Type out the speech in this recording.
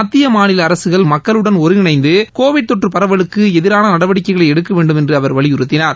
மத்திய மாநில அரசுகள் மற்றும் மக்களுடன் ஒருங்கிணைந்து கோவிட் தொற்று பரவலுக்கு எதிரான நடவடிக்கைகளை எடுக்க வேண்டுமென்று அவர் வலியுறுத்தினார்